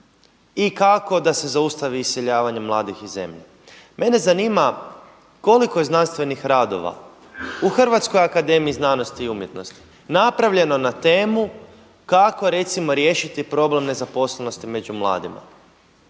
i kako da se zaustavi iseljavanje mladih iz zemlje. Mene zanima koliko je znanstvenih radova u HAZU napravljeno na temu kako recimo riješiti problem nezaposlenosti među mladima,